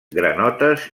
granotes